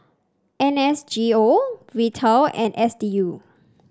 N S G O Vital and S D U